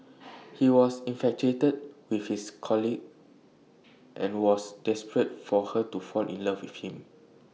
he was infatuated with his colleague and was desperate for her to fall in love with him